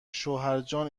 شوهرجان